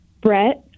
Brett